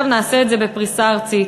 עכשיו נעשה את זה בפריסה ארצית.